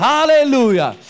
Hallelujah